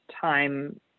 time